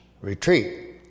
retreat